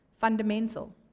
fundamental